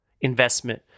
investment